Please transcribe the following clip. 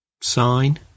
sign